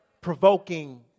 provoking